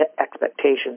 expectations